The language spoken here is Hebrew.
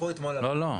לא לא,